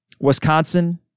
Wisconsin